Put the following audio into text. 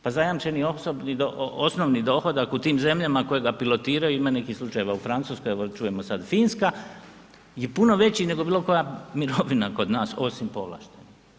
Pa zajamčeni osnovni dohodak u tim zemljama koje ga pilotiraju, ima nekih slučajeva u Francuskoj evo čujemo sad i Finska je puno veći nego bilo koja mirovina kod nas osim povlaštenih.